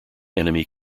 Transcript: enemy